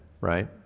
right